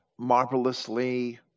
Marvelously